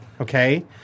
Okay